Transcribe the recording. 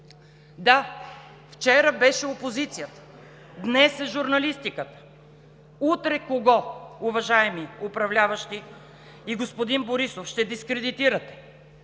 Да, вчера беше опозицията, днес е журналистиката, утре – кого, уважаеми управляващи, и господин Борисов ще дискредитирате?